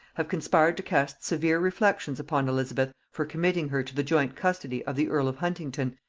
have conspired to cast severe reflections upon elizabeth for committing her to the joint custody of the earl of huntingdon,